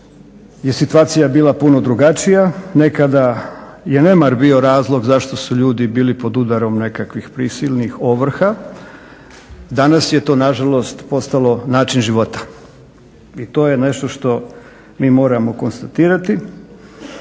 je situacija bila puno drugačija, nekada je nemar bio razlog zašto su ljudi bili pod udarom nekakvih prisilnih ovrha. Danas je to nažalost postalo način života i to je nešto što moramo konstatirati